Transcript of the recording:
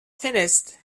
finished